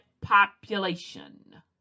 population